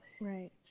Right